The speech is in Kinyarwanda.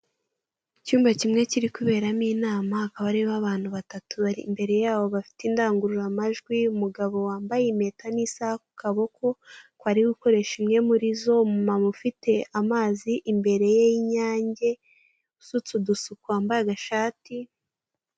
Icymba kimwe kiri kuberamo inama hakaba hari abantu bari imbere yabo batatu bafite indangururamajwi, umugabo wambaye impeta n'isaha kukaboko akaba ari gukoresha imwe muri zo, umumama ufite amazi imbere ye y'inyange usutse udusuko wambaye agashati.